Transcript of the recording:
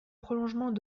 prolongement